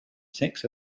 six